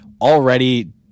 already